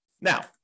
Now